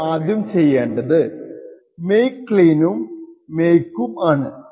ഇനി നമ്മളെ ആദ്യം ചെയ്യേണ്ടത് മേക്ക് ക്ളീനും മേക്കും ആണ്